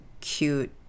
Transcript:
cute